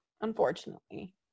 Unfortunately